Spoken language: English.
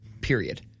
period